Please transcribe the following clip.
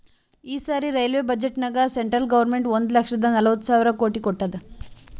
ಈ ಸರಿ ರೈಲ್ವೆ ಬಜೆಟ್ನಾಗ್ ಸೆಂಟ್ರಲ್ ಗೌರ್ಮೆಂಟ್ ಒಂದ್ ಲಕ್ಷದ ನಲ್ವತ್ ಸಾವಿರ ಕೋಟಿ ಕೊಟ್ಟಾದ್